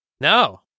No